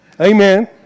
Amen